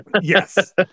Yes